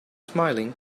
smiling